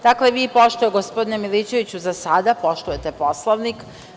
Dakle, vi poštujete, gospodine Milićeviću, za sada Poslovnik.